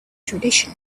tradition